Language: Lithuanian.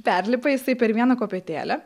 perlipa jisai per vieną kopetėlę